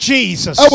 Jesus